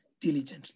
diligently